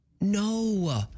No